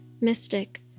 mystic